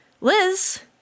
Liz